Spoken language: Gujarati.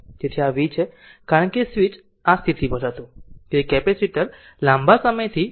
તેથી આ v છે કારણ કે સ્વીચ આ સ્થિતિ પર હતું તેથી કેપેસિટર લાંબા સમયથી ઓપન સર્કિટ હતું